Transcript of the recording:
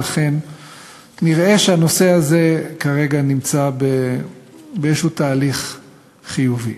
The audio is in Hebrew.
ולכן נראה שהנושא הזה כרגע נמצא באיזה תהליך חיובי.